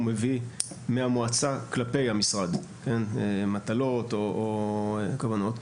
הוא מביא מהמועצה כלפי המשרד מטלות או כוונות,